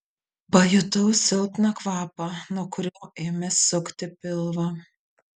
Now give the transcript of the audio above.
pajutau silpną kvapą nuo kurio ėmė sukti pilvą